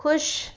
खुश